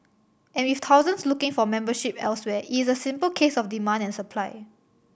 and with thousands looking for membership elsewhere it is a simple case of demand and supply